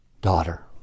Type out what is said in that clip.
Daughter